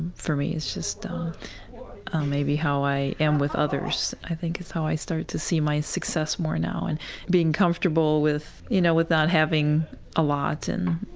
for me, it's just um maybe how i am with others. i think it's how i start to see my success more now and being comfortable with, you know, without having a lot. and